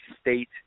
State